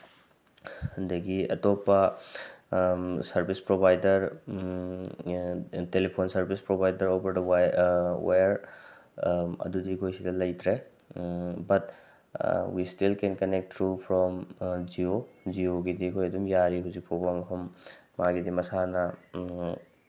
ꯑꯗꯒꯤ ꯑꯇꯣꯞꯄ service provider telephone service provider over the wire ꯑꯗꯨꯗꯤ ꯑꯩꯈꯣꯏꯁꯤꯗ ꯂꯩꯇ꯭ꯔꯦ but we still can connect through from Jio ꯖꯤꯌꯣꯒꯤꯗꯤ ꯑꯩꯈꯣꯏ ꯑꯗꯨꯝ ꯌꯥꯔꯤ ꯍꯧꯖꯤꯛꯐꯥꯎꯕ ꯃꯐꯝ ꯃꯥꯒꯤꯗꯤ ꯃꯁꯥꯅ